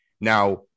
Now